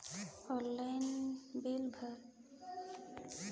Online bill भरे से कइसे बैंक कर भी सुविधा उपलब्ध रेहेल की?